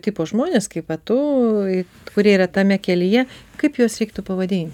tipo žmonės kaip va tu kurie yra tame kelyje kaip juos reiktų pavadinti